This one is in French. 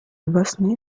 bosnie